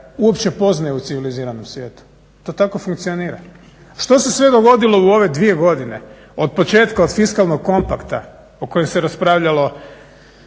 uopće poznaju u civiliziranom svijetu, to tako funkcionira. Što se sve dogodilo u ove dvije godine, otpočetka od fiskalnog kompakta o kojem se raspravljalo